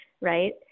right